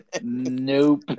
Nope